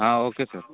okay sir